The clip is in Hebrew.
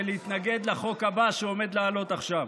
להתנגד לחוק הבא שעומד לעלות עכשיו.